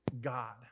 God